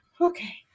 Okay